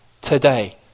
today